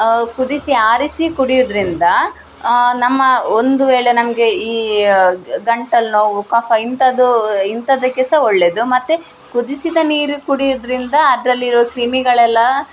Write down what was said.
ಕುದಿಸಿ ಆರಿಸಿ ಕುಡಿಯುವುದ್ರಿಂದ ನಮ್ಮ ಒಂದು ವೇಳೆ ನಮಗೆ ಈ ಗ ಗಂಟಲುನೋವು ಕಫ ಇಂಥದ್ದು ಇಂಥದ್ದಕ್ಕೆ ಸಹ ಒಳ್ಳೆಯದು ಮತ್ತು ಕುದಿಸಿದ ನೀರು ಕುಡಿಯುವುದ್ರಿಂದ ಅದರಲ್ಲಿರುವ ಕ್ರಿಮಿಗಳೆಲ್ಲ